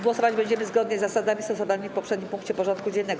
Głosować będziemy zgodnie z zasadami stosowanymi w poprzednim punkcie porządku dziennego.